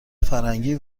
فرهنگی